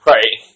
Right